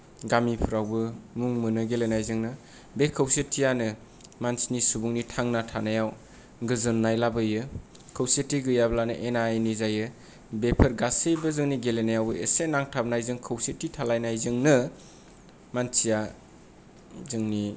गामिफ्रावबो मुं मोनो गेलेनायजोंनो बे खौसेथियानो मानसिनि सुबुंनि थांना थानायाव गोजोननाय लाबोयो खौसेथि गैयाब्लानो एना एनि जायो बेफोर गासैबो जोंनि गेलेनायाव एसे नांथाबनायजों खौसेथि थालायनायजोंनो मानसिया जोंनि